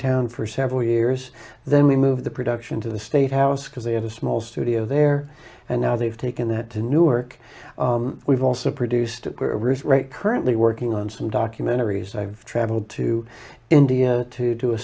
town for several years then we moved the production to the state house because they had a small studio there and now they've taken that to newark we've also produced currently working on some documentaries i've traveled to india to do a